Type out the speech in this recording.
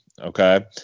Okay